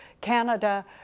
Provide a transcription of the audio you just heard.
Canada